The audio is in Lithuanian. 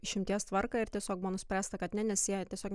išimties tvarką ir tiesiog buvo nuspręsta kad ne nes jei tiesiog